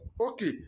Okay